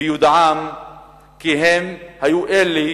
ביודעם כי הם היו אלה